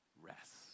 rest